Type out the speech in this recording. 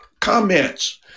comments